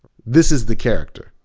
this is the character.